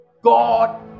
God